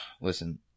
listen